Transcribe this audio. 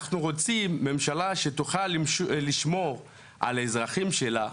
אנחנו רוצים ממשלה שתוכל לשמור על האזרחים שלה,